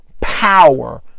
power